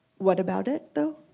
what about it though?